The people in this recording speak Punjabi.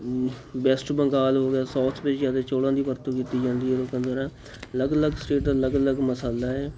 ਵੈਸਟ ਬੰਗਾਲ ਹੋ ਗਿਆ ਸਾਊਥ ਵਿੱਚ ਜ਼ਿਆਦੇ ਚੋਲਾਂ ਦੇ ਵਰਤੋਂ ਕੀਤੀ ਜਾਂਦੀ ਹੈ ਲੋਕਾਂ ਦੁਆਰਾ ਅਲੱਗ ਅਲੱਗ ਸਟੇਟਾਂ ਦੇ ਅਲੱਗ ਅਲੱਗ ਮਸਾਲਾਂ ਹੈ